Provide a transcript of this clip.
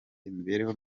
imibereho